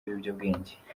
ibiyobyabwenge